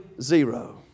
zero